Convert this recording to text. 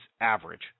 average